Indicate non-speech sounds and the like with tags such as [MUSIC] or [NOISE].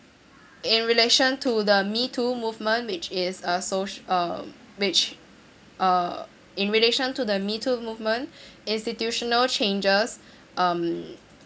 in relation to the me too movement which is a so~ um which err in relation to the me too movement [BREATH] institutional changes [BREATH] um